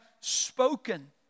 spoken